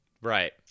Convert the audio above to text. Right